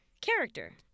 character